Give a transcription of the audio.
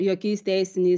jokiais teisiniais